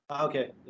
Okay